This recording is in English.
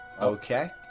Okay